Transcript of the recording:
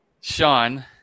Sean